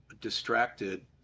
distracted